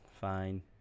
Fine